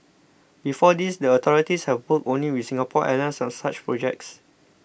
before this the authorities have worked only with Singapore Airlines on such projects